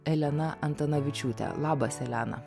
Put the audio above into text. elena antanavičiūte labas elena